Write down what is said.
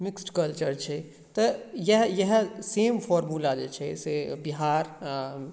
mixed culture छै तऽ इएह इएह सेम फार्मूला जे छै से बिहार